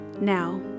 Now